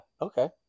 Okay